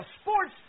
sports